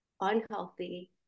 unhealthy